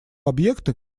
объекты